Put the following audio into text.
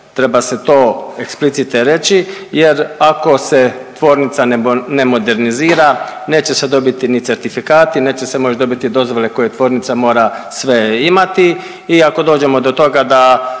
treba se to eksplicite reći jer ako se tvornica ne modernizira neće se dobiti ni certifikati, neće se moći dobiti dozvole koje tvornica mora sve imati i ako dođemo do toga da